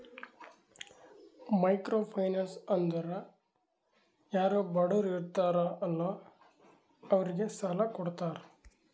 micro finance ಅಂದುರ್ ಯಾರು ಬಡುರ್ ಇರ್ತಾರ ಅಲ್ಲಾ ಅವ್ರಿಗ ಸಾಲ ಕೊಡ್ತಾರ್